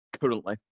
Currently